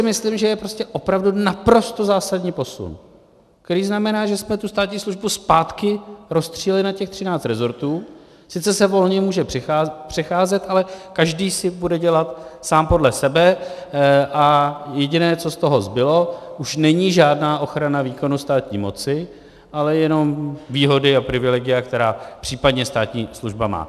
Myslím si, že to je opravdu naprosto zásadní posun, který znamená, že jsme tu státní službu zpátky rozstříleli na těch třináct resortů, sice se volně může přecházet, ale každý si bude dělat sám podle sebe a jediné, co z toho zbylo, už není žádná ochrana výkonu státní moci, ale jenom výhody a privilegia, která případně státní služba má.